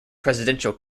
presidential